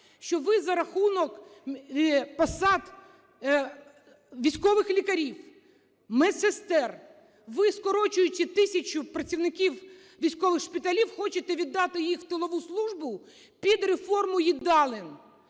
Що ви за рахунок посад, військових лікарів, медсестер, ви, скорочуючи тисячу працівників військових шпиталів, хочете віддати їх в тилову службу під реформу їдалень.